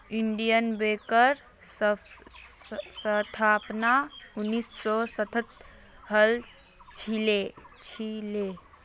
Indian बैंकेर स्थापना उन्नीस सौ सातत हल छिले